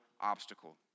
obstacle